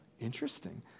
Interesting